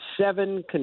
seven